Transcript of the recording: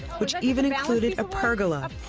which even included a pergola.